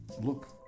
look